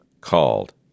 called